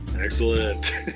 Excellent